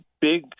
big